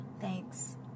Thanks